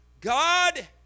God